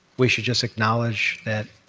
we should just acknowledge that,